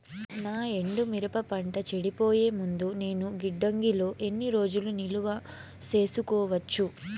నా ఎండు మిరప పంట చెడిపోయే ముందు నేను గిడ్డంగి లో ఎన్ని రోజులు నిలువ సేసుకోవచ్చు?